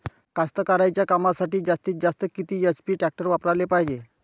कास्तकारीच्या कामासाठी जास्तीत जास्त किती एच.पी टॅक्टर वापराले पायजे?